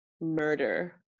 murder